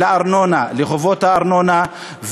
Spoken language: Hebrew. לארנונה, לחובות הארנונה.